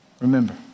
Remember